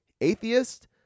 atheist